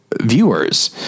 viewers